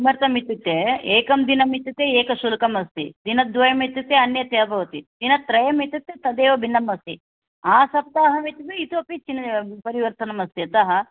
किमर्थम् इत्युक्ते एकं दिनम् इत्युक्ते एकशुल्कमस्ति दिनद्वयम् इत्युक्ते अन्यथा भवति दिनत्रयम् इत्युक्ते तदेव भिन्नम् अस्ति आसप्ताहः इत्य इतोपि चिन परिवर्तनमस्ति अतः